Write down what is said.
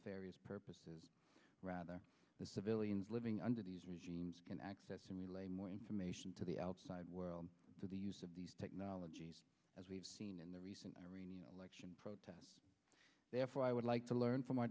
nefarious purposes rather the civilians living under these regimes can access to relay more information to the outside world to the use of these technologies as we've seen in the recent iranian election protests therefore i would like to learn from our